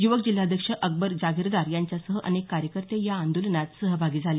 युवक जिल्हाध्यक्ष अकबर जागीरदार यांच्यासह अनेक कार्यकर्ते या आंदोलनात सहभागी झाले